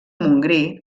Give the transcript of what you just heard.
montgrí